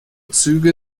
züge